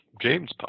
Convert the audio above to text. James